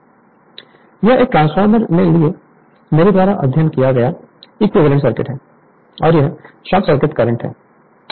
Refer Slide Time 1357 यह एक transformer के लिए मेरे द्वारा अध्ययन किया गया इक्विवेलेंट सर्किट है और यह शॉर्ट सर्किट करंट है और यह I0 है